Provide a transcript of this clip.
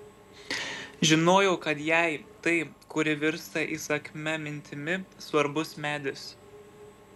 žinojau kad jai tai kuri virsta įsakmia mintimi svarbus medis